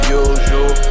usual